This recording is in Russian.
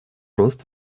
рост